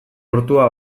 urtua